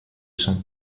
son